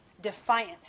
defiant